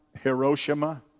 Hiroshima